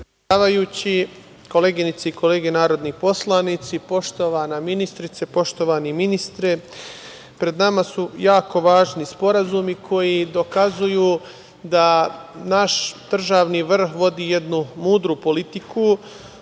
predsedavajući, koleginice i kolege narodni poslanici, poštovana ministrice, poštovani ministre, pred nama su jako važni sporazumi koji dokazuju da naš državni vrh vodi jednu mudru politiku